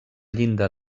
llinda